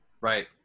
Right